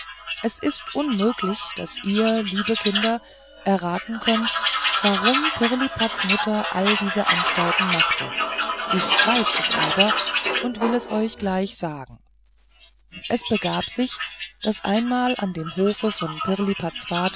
es ist unmöglich daß ihr lieben kinder erraten könnt warum pirlipats mutter all diese anstalten machte ich weiß es aber und will es euch gleich sagen es begab sich daß einmal an dem hofe von